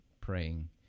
praying